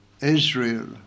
Israel